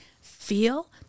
feel